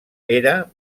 era